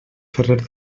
ferrer